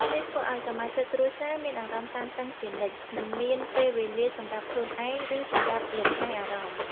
នេះធ្វើឲ្យសមាជិកគ្រួសារមានអារម្មណ៍តានតឹងជានិច្ច មិនមានពេលវេលាសម្រាប់ខ្លួនឯង ឬសម្រាប់លំហែអារម្មណ៍។